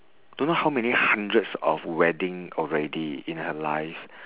don't know how many hundreds of wedding already in her life